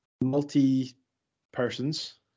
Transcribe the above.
multi-persons